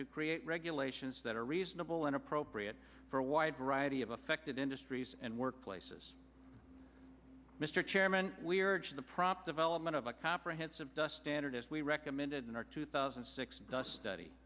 to create regulations that are reasonable and appropriate for a wide variety of affected industries and workplaces mister chairman we urge the prop development of a comprehensive dust standard as we recommended in our two thousand